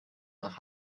nach